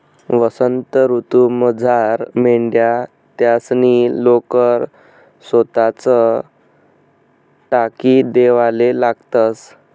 वसंत ऋतूमझार मेंढ्या त्यासनी लोकर सोताच टाकी देवाले लागतंस